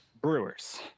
Brewers